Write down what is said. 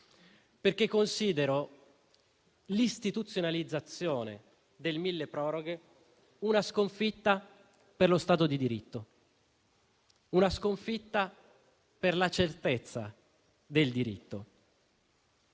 perché considero l'istituzionalizzazione del milleproroghe una sconfitta per lo Stato di diritto, una sconfitta per la certezza del diritto;